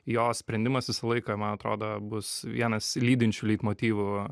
jo sprendimas visą laiką man atrodo bus vienas lydinčių leitmotyvų